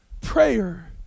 Prayer